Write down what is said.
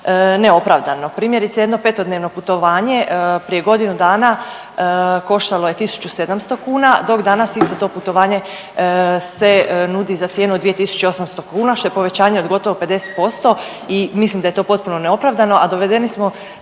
neopravdano. Primjerice, jedno 5-dnevno putovanje prije godinu dana koštalo je 1700 kuna, dok danas isto to putovanje se nudi za cijenu od 2800 kuna, što je povećanje od gotovo 50% i mislim da je to potpuno neopravdano, a dovedeni smo